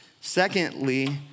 Secondly